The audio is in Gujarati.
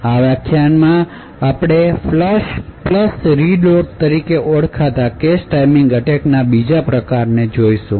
આ વ્યાખ્યાનમાં આપણે ફ્લશ રીલોડ તરીકે ઓળખાતા કેશ ટાઇમિંગ એટેકના બીજા પ્રકારને જોઈશું